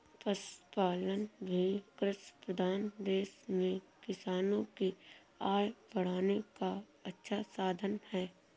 पशुपालन भी कृषिप्रधान देश में किसानों की आय बढ़ाने का अच्छा साधन है